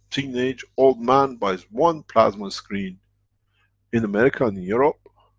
teenage, old man buys one plasma screen in america and europe